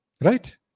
Right